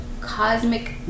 cosmic